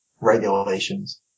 regulations